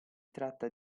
tratta